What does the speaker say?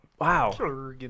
Wow